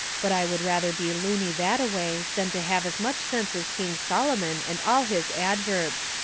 but i would rather be looney that-a-way than to have as much sense as king solomon and all his adverbs.